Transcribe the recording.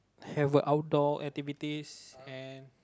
have a outdoor activities and